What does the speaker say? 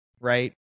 right